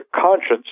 conscience